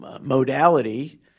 modality